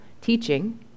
teaching